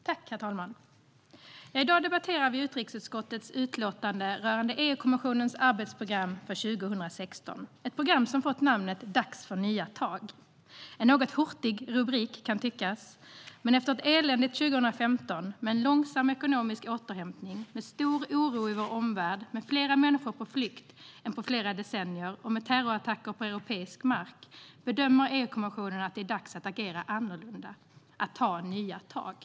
Herr talman! I dag debatterar vi utrikesutskottets utlåtande rörande EU-kommissionens arbetsprogram för 2016, ett program som fått namnet Dags för nya tag. En något hurtig rubrik, kan tyckas, men efter ett eländigt 2015 med långsam ekonomisk återhämtning, stor oro i vår omvärld, fler människor på flykt än på flera decennier och terrorattacker på europeisk mark bedömer EU-kommissionen att det är dags att agera annorlunda - att ta nya tag.